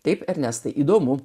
tai ernestai įdomu